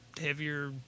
heavier